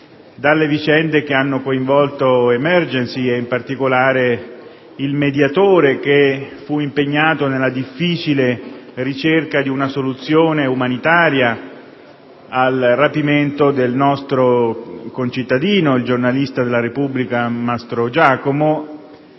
dalle vicende che hanno coinvolto Emergency e in particolare il mediatore che fu impegnato nella difficile ricerca di una soluzione umanitaria al rapimento del nostro concittadino, il giornalista de «la Repubblica» Daniele Mastrogiacomo,